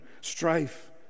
strife